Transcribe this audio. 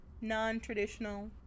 non-traditional